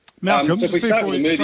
Malcolm